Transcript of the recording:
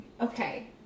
Okay